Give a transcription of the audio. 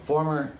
Former